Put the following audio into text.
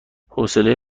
حوصله